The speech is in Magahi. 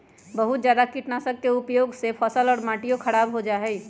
बहुत जादा कीटनाशक के उपयोग से फसल और मटिया खराब हो जाहई